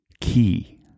key